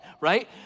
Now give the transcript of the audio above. right